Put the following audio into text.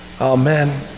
Amen